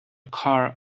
car